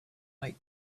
make